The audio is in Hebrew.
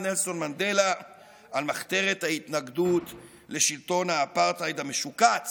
נלסון מנדלה על מחתרת ההתנגדות לשלטון האפרטהייד המשוקץ